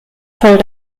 voll